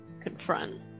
confront